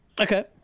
okay